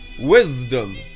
wisdom